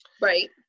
Right